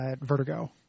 Vertigo